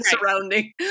surrounding